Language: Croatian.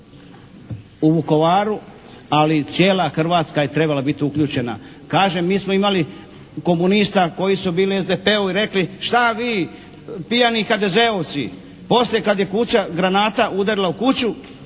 u Vukovaru, ali cijela Hrvatska je trebala biti uključena. Kažem mi smo imali komunista koji su bili u SDP-u i rekli šta vi pijani HDZ-ovci. Poslije kad je granata udarila u kuću